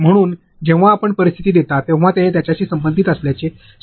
म्हणून जेव्हा आपण परिस्थिती देता तेव्हा ते त्यांच्याशी संबंधित असल्याचे सुनिश्चित करा